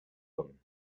them